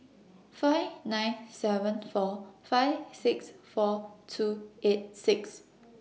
five nine seven four five six four two eight six